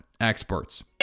experts